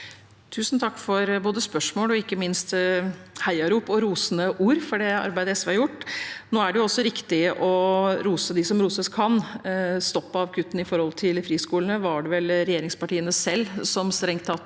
Tusen takk for både spørsmål og ikke minst heiarop og rosende ord for det arbeidet SV har gjort. Nå er det også riktig å rose dem som roses kan. Stopp i kuttene til friskolene var det vel regjeringspartiene selv som strengt tatt